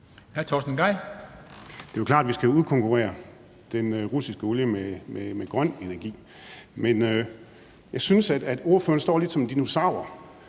Det er klart, at vi skal udkonkurrere den russiske olie med grøn energi. Men jeg synes, ordføreren står lidt som en dinosaur,